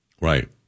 Right